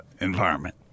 environment